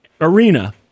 arena